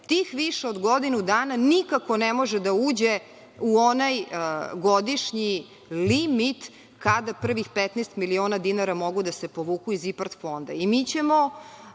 tih više od godinu dana nikako ne može da uđe u onaj godišnji limit kada prvih 15 miliona dinara mogu da se povuku iz IPARD fonda. Mi